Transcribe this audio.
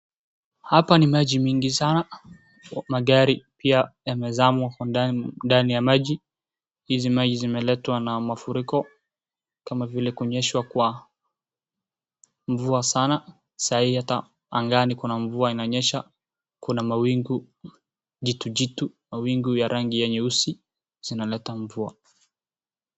Hapa ni maji mingi sana, magari pia yamezama huko ndani, ndani ya maji. Hizi maji zimeletwa na mafuriko, kama vile kunyeshwa kwa mvua sana. Saa hii ata angani kuna mvua inanyesha. Kuna mawingu jitu jitu, mawingu ya rangi ya nyeusi, zinaleta mvua.